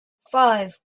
five